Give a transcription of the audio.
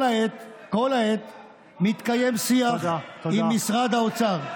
כל העת מתקיים שיח עם משרד האוצר,